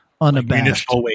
unabashed